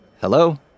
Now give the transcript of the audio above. Hello